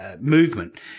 movement